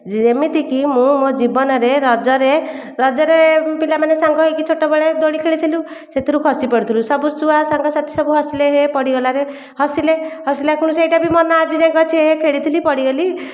ଯେମିତିକି ମୁଁ ମୋ ଜୀବନରେ ରଜରେ ରଜରେ ପିଲାମାନେ ସାଙ୍ଗ ହୋଇକି ଛୋଟବେଳେ ଦୋଳି ଖେଳିଥିଲୁ ସେଥିରୁ ଖସିପଡ଼ିଥିଲୁ ସବୁ ଛୁଆ ସାଙ୍ଗସାଥି ସବୁ ହସିଲେ ହେ ହେ ପଡ଼ିଗଲାରେ ହସିଲେ ହସିଲାରୁ ସେଇଟା ବି ମନେ ଆଜି ଯାଏଁ ଅଛି ଯେ ଖେଳିଥିଲି ପଡ଼ିଗଲି